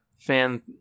fan